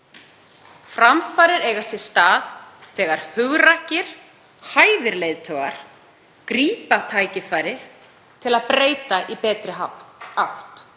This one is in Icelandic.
Framfarir eiga sér stað þegar hugrakkir, hæfir leiðtogar grípa tækifærið til að breyta í betri átt.